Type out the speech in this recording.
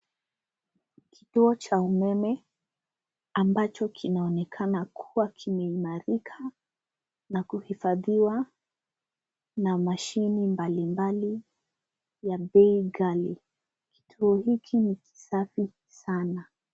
Kituo cha umeme ambacho kinaonekana kuwa kimeimarika na kuhifadhiwa na mashine mbalimbali ya bei ghali. Kituo hiki ni kisafi sana.